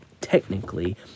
technically